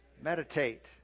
Meditate